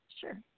Sure